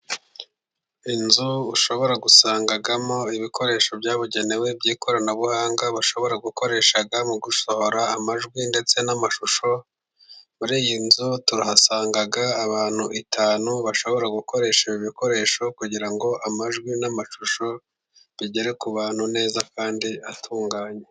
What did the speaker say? Inzu ushobora gusangamo ibikoresho byabugenewe by'ikoranabuhanga bashobora gukoresha mu gusohora amajwi, ndetse n'amashusho. Muri iyi nzu turahasanga abantu batanu bashobora gukoresha ibi bikoresho, kugira ngo amajwi n'amashusho agere ku bantu neza kandi atunganye.